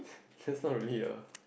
since not really a